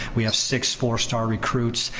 we have six four star recruits.